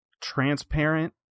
transparent